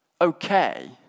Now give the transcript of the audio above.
okay